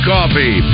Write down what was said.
Coffee